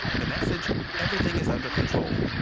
but the message everything is under control!